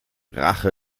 rache